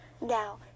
Now